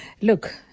Look